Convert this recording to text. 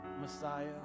Messiah